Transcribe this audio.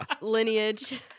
lineage